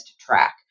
track